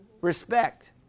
respect